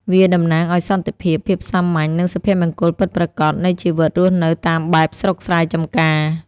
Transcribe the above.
វាតំណាងឱ្យសន្តិភាព ភាពសាមញ្ញ និងសុភមង្គលពិតប្រាកដនៃជីវិតរស់នៅតាមបែបស្រុកស្រែចម្ការ។